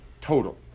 total